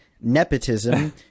nepotism